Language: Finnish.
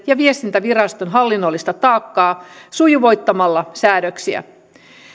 ja viestintäviraston hallinnollista taakkaa sujuvoittamalla säädöksiä